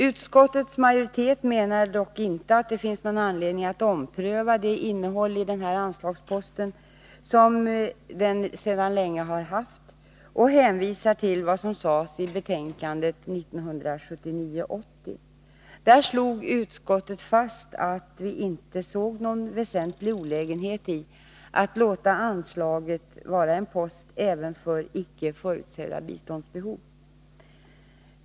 Utskottets majoritet menar att det inte finns anledning att ompröva det innehåll som denna anslagspost sedan länge haft och hänvisar till vad som sades i betänkandet 1979/80. Där slog utskottet fast att vi inte såg någon väsentlig olägenhet i att låta anslaget vara en post även för icke förutsedda biståndsbehov.